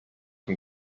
can